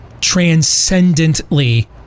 transcendently